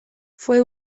fue